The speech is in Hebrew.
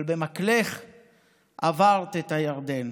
אבל במקלך עברת את הירדן,